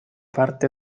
parte